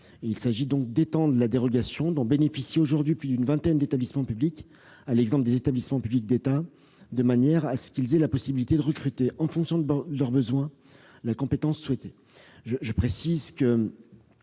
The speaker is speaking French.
il s'agit d'étendre la dérogation dont bénéficient aujourd'hui plus d'une vingtaine d'établissements publics à l'ensemble des établissements publics de l'État, qui pourront ainsi recruter, en fonction de leurs besoins, la compétence souhaitée.